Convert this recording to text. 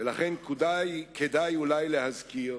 ולכן כדאי אולי להזכיר